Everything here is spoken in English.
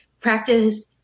practice